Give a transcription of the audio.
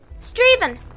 Straven